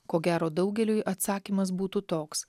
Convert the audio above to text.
ko gero daugeliui atsakymas būtų toks